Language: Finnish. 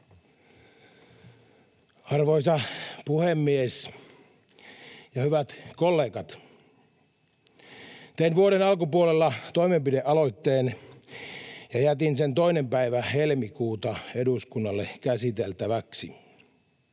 Arvoisa puhemies ja hyvät kollegat! Tein vuoden alkupuolella toimenpidealoitteen ja jätin sen 2. päivä helmikuuta eduskunnalle käsiteltäväksi.